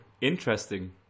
Interesting